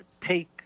take